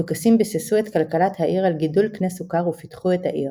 הדוכסים ביססו את כלכלת העיר על גידול קנה סוכר ופיתחו את העיר.